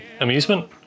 amusement